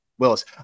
Willis